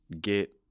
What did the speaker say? get